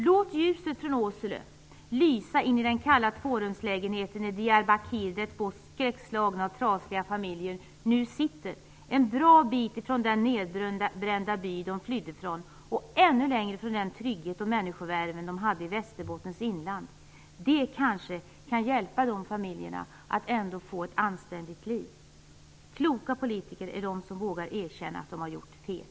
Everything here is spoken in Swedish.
Låt ljuset från Åsele lysa in i den kalla tvårumslägenheten i Diyarbakir där två skräckslagna och trasiga familjer nu sitter en bra bit ifrån den nedbrända by de flydde från och ännu längre från den trygghet och människovärme de kände i Västerbottens inland. Det kanske kan hjälpa dessa familjer att ändå få ett anständigt liv. Kloka politiker vågar erkänna att de har gjort fel.